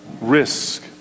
risk